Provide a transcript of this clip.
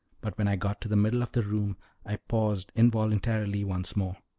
but when i got to the middle of the room i paused involuntarily once more,